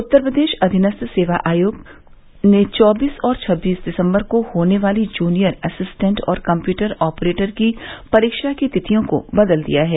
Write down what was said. उत्तर प्रदेश अधीनस्थ सेवा आयोग ने चौबीस और छब्बीस दिसम्बर को होने वाली जुनियर असिस्टेंट और कम्यूटर ऑपरेटर की परीक्षा की तिथियों को बदल दिया है